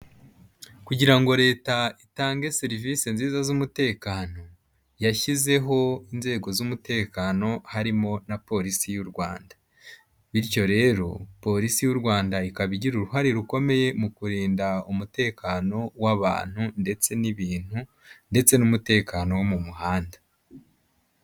Kugira ngo leta itange serivisi nziza z'umutekano, yashyizeho inzego z'umutekano harimo na polisi y'u Rwanda. Bityo rero, polisi y'u Rwanda ikaba igira uruhare rukomeye mu kurinda umutekano w'abantu ndetse n'ibintu ndetse n'umutekano wo mu muhanda.